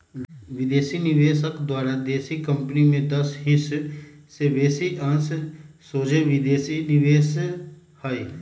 विदेशी निवेशक द्वारा देशी कंपनी में दस हिस् से बेशी अंश सोझे विदेशी निवेश हइ